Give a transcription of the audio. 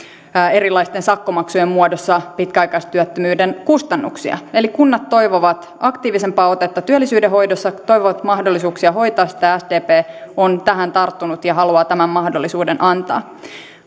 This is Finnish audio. erilaisten sakkomaksujen muodossa pitkäaikaistyöttömyyden kustannuksia eli kunnat toivovat aktiivisempaa otetta työllisyyden hoidossa toivovat mahdollisuuksia hoitaa sitä sdp on tähän tarttunut ja haluaa tämän mahdollisuuden antaa